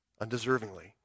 Undeservingly